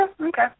Okay